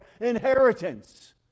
inheritance